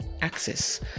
access